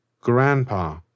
Grandpa